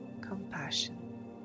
compassion